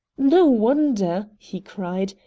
no wonder, he cried,